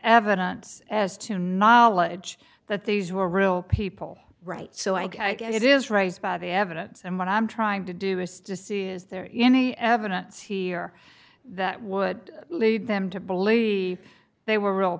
evidence as to knowledge that these were real people right so i guess it is raised by the evidence and what i'm trying to do is to see is there any evidence here that would lead them to believe they were real